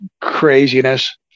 craziness